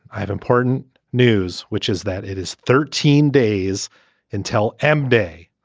i have important news, which is that it is thirteen days until m day.